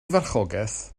farchogaeth